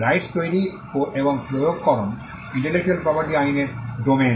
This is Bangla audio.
রাইটস তৈরি এবং প্রয়োগকরণ ইন্টেলেকচুয়াল প্রপার্টি আইনের ডোমেন